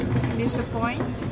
disappoint